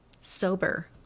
sober